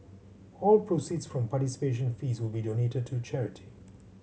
all proceeds from participation fees will be donated to charity